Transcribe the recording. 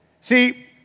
See